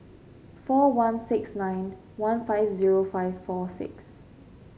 four one six nine one five zero five four six